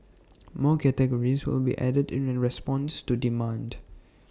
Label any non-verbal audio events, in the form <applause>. <noise> more categories will be added in response to demand